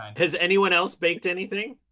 and has anyone else baked anything?